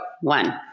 One